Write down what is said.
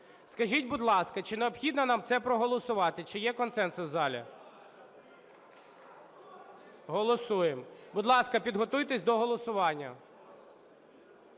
Скажіть, будь ласка, чи необхідно нам це проголосувати, чи є консенсус в залі? Голосуємо. Будь ласка, підготуйтесь до голосування.